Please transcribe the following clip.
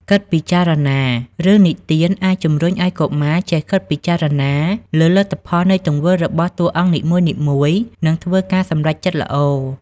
គិតពិចារណា រឿងនិទានអាចជំរុញឱ្យកុមារចេះគិតពិចារណាលើលទ្ធផលនៃទង្វើរបស់តួអង្គនីមួយៗ និងធ្វើការសម្រេចចិត្តល្អ។